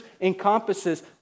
encompasses